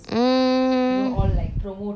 mm